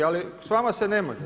Ali s vama se ne može.